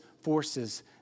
forces